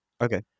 Okay